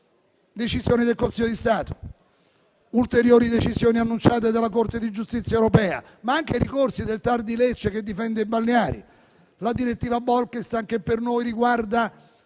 decisioni del Consiglio di Stato, ulteriori decisioni annunciate dalla Corte di giustizia europea, ma anche ricorsi del TAR di Lecce che difende i balneari, la direttiva Bolkestein che per noi riguarda